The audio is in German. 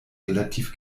relativ